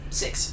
six